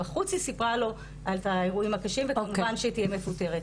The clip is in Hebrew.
בחוץ היא סיפרה לו את האירועים הקשים וכמובן שהיא תהיה מפוטרת.